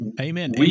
Amen